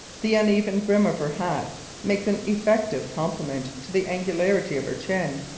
the uneven brim of her hat makes an effective complement to the angularity of her chin,